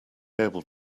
able